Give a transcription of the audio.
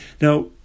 Now